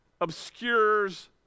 obscures